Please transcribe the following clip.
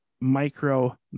micro